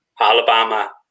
Alabama